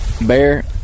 bear